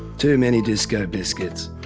too many disco biscuits.